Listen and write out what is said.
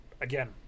again